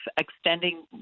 extending